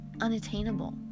unattainable